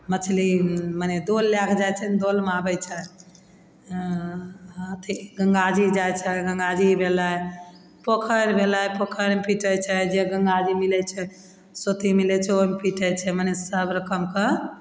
मछली मने दोल लएके जाय छै ने दोलमे आबय छै अथी गंगा जी जाय छै गंगा जी भेलय पोखरि भेलय पोखरिमे पीटय छै जे गंगा जी मिलय छै सोति मिलय छै ओइमे पीटय छै मने कऽ